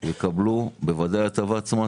יקבלו הטבת מס,